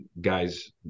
guys